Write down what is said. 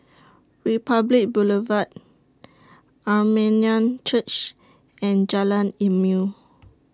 Republic Boulevard Armenian Church and Jalan Ilmu